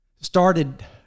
started